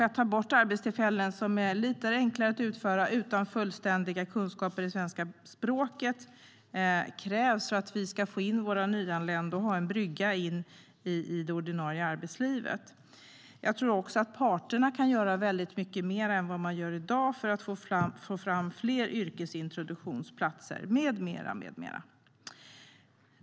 Att ta bort de arbetstillfällen som är lite enklare att utföra utan att man har fullständiga kunskaper i svenska språket krävs för att de nyanlända ska få en brygga in i det ordinarie arbetslivet. Jag tror också att parterna kan göra väldigt mycket mer än i dag för att få fram fler yrkesintroduktionsplatser med mera.